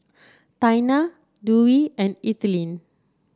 Taina Dewey and Ethelene